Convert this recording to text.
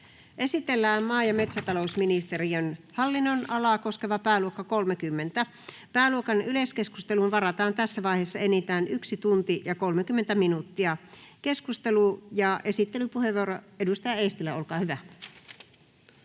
Esitellään maa- ja metsätalousministeriön hallinnonalaa koskeva pääluokka 30. Pääluokan yleiskeskusteluun varataan tässä vaiheessa enintään 1 tunti ja 30 minuuttia. — Esittelypuheenvuoro, edustaja Eestilä, olkaa hyvä.